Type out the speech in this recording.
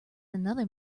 another